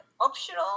Optional